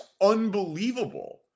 unbelievable